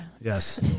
yes